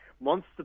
Monster